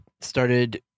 started